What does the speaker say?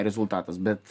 rezultatas bet